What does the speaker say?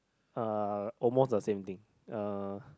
uh almost the same thing uh